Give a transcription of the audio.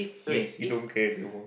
he he don't care anymore